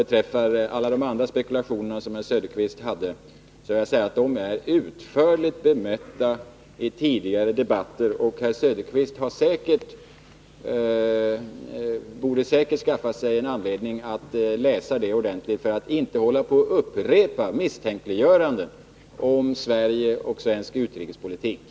Beträffande herr Söderqvists alla andra spekulationer vill jag framhålla att de utförligt har bemötts i tidigare debatter. Herr Söderqvist har säkert anledning att läsa detta ordentligt och inte upprepa misstänkliggöranden om Sverige och svensk utrikespolitik.